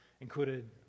included